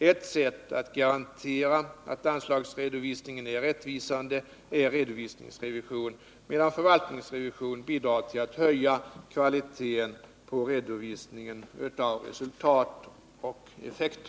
Ett sätt att garantera att anslagsredovisningen är rättvisande är redovisningsrevision, medan förvaltningsrevisionen bidrar till att höja kvaliteten på redovisningen av resultat och effekter.